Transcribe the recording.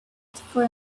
for